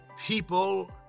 People